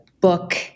book